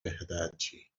verdade